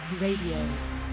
Radio